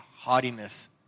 haughtiness